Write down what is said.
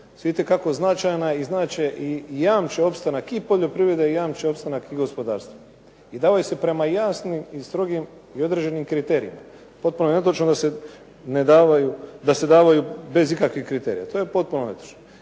itekako značajna i znače i jamče opstanak i poljoprivrede i jamče opstanak i gospodarstva, i davaju se prema jasnim i strogim i određenim kriterijima. Potpuno je netočno da se ne davaju, da se davaju bez ikakvih kriterija. To je potpuno netočno.